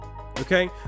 okay